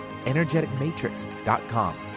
energeticmatrix.com